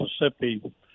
Mississippi